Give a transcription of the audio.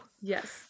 yes